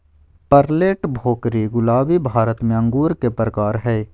Perlette, Bhokri, गुलाबी भारत में अंगूर के प्रकार हय